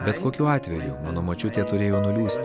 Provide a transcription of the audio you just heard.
bet kokiu atveju mano močiutė turėjo nuliūsti